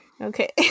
Okay